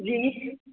जी